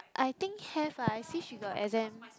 I think have ah I see she got exam